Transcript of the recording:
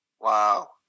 Wow